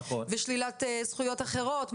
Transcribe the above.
ושלילת זכויות אחרות,